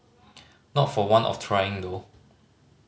not for want of trying though